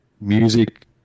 music